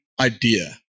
idea